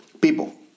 people